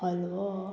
hello